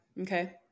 Okay